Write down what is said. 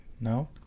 No